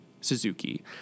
Suzuki